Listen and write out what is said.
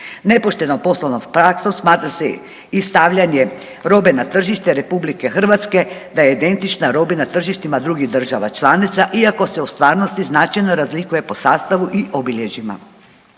Nepoštenom poslovnom praksom smatra se i stavljanje robe na tržište RH da je identična robi na tržištima drugih država članica iako se u stvarnosti značajno razlikuje po sastavu i obilježjima.